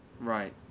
Right